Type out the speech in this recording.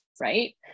right